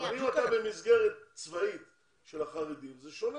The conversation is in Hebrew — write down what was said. אם אתה במסגרת צבאית של החרדים, זה שונה.